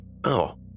Oh